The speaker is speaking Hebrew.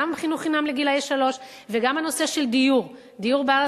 גם חינוך חובה לגילאי שלוש וגם הנושא של דיור בר-השגה.